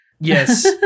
Yes